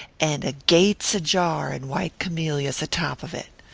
and a gates ajar in white camellias atop of it.